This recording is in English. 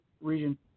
region